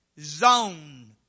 Zone